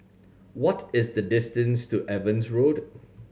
what is the distance to Evans Road